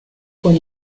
con